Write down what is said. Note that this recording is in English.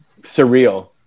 surreal